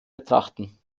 betrachten